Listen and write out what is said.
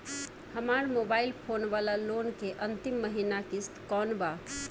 हमार mobile phone वाला loan के अंतिम महिना किश्त कौन बा?